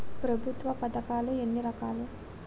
ప్రభుత్వ పథకాలు ఎన్ని రకాలు?